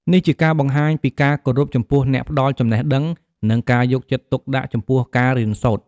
នេះជាការបង្ហាញពីការគោរពចំពោះអ្នកផ្តល់ចំណេះដឹង និងការយកចិត្តទុកដាក់ចំពោះការរៀនសូត្រ។